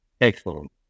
Excellent